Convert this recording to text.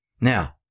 Now